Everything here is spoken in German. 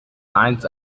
eins